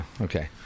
okay